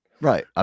Right